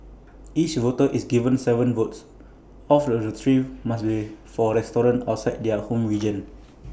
each voter is given Seven votes of the three must be for restaurants outside their home region